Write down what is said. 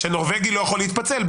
שנורבגי לא יכול להתפצל.